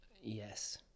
yes